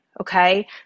Okay